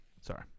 Sorry